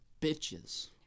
bitches